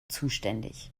zuständig